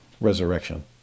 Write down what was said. resurrection